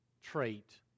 trait